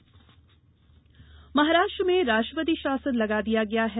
महाराष्ट्र सरकार महाराष्ट्र में राष्ट्रपति शासन लगा दिया गया है